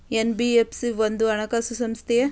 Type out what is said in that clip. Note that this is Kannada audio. ಎನ್.ಬಿ.ಎಫ್.ಸಿ ಒಂದು ಹಣಕಾಸು ಸಂಸ್ಥೆಯೇ?